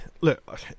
look